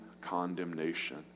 condemnation